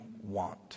want